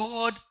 God